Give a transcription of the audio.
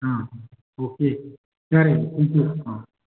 okay ꯌꯥꯔꯦ thank Q